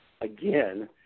again